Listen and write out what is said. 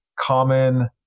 common